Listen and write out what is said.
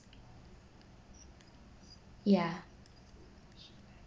yeah